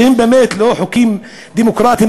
שהם באמת לא חוקים דמוקרטיים,